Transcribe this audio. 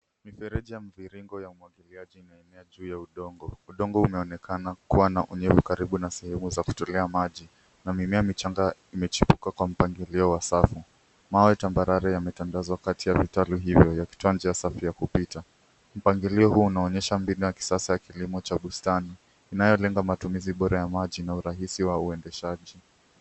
Mifereji ya mvirigo ya mwangiliaji ya enea juu ya udongo. Udongo umeonekana kuwa na unyevu karibi na sehemu za kutolea maji. Na mimea michanga imechebuka kwa mpangilio wa sasa. Mawe tabarare yametandazwa kati ya mitaro hiyo yakitoa jia safi ya kupita .Mpangilio hiyo unaonyesha binu ya kisasa chakilimo bustani inayolenga matumizi bora ya maji na urahisi wa uendesaji.